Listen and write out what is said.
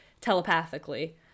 telepathically